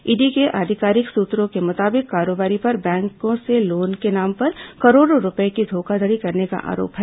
ED के आधिकारिक सूत्रों के मुताबिक कारोबारी पर बैंकों से लोन के नाम पर करोड़ों रूपये की धोखाधड़ी करने का आरोप है